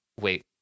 wait